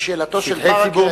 כי שאלתו של ברכה היתה,